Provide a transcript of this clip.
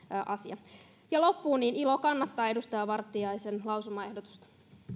asia loppuun on ilo kannattaa edustaja vartiaisen lausumaehdotusta